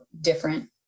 different